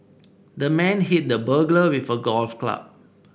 the man hit the burglar with a golf club